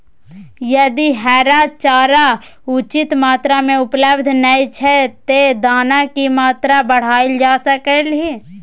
यदि हरा चारा उचित मात्रा में उपलब्ध नय छै ते दाना की मात्रा बढायल जा सकलिए?